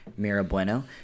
Mirabueno